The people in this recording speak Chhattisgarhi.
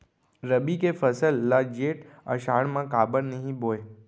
रबि के फसल ल जेठ आषाढ़ म काबर नही बोए?